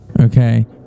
Okay